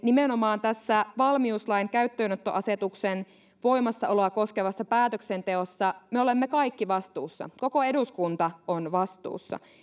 nimenomaan tässä valmiuslain käyttöönottoasetuksen voimassaoloa koskevassa päätöksenteossa me olemme kaikki vastuussa koko eduskunta on vastuussa